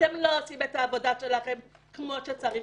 אתם לא עושים את העבודה שלכם כמו שצריך.